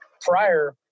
prior